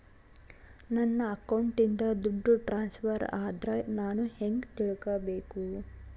ನನ್ನ ಅಕೌಂಟಿಂದ ದುಡ್ಡು ಟ್ರಾನ್ಸ್ಫರ್ ಆದ್ರ ನಾನು ಹೆಂಗ ತಿಳಕಬೇಕು?